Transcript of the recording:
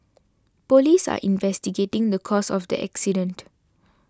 police are investigating the cause of the accident